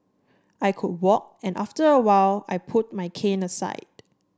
I could walk and after a while I put my cane aside